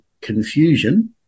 confusion